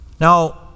Now